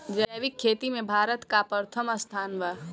जैविक खेती में भारत का प्रथम स्थान बा